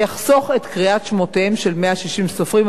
אז אני אחסוך את קריאת שמותיהם של 160 סופרים,